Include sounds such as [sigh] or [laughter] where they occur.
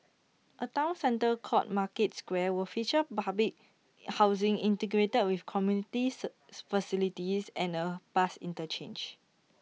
A Town centre called market square will feature public housing integrated with community [unintelligible] facilities and A bus interchange